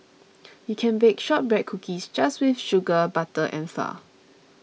you can bake Shortbread Cookies just with sugar butter and flour